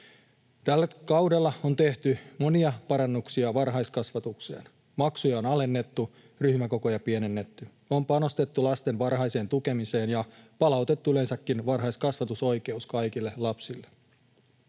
Tällä kaudella on tehty monia parannuksia varhaiskasvatukseen. Maksuja on alennettu, ryhmäkokoja pienennetty, on panostettu lasten varhaiseen tukemiseen ja palautettu yleensäkin varhaiskasvatusoikeus kaikille lapsille.